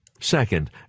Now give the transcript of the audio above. Second